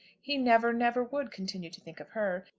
he never, never would continue to think of her.